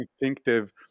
instinctive